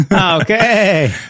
Okay